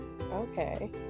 Okay